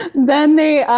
then they,